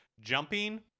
jumping